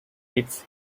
its